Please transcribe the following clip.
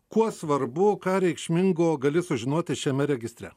kuo svarbu ką reikšmingo gali sužinoti šiame registre